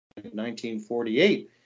1948